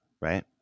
right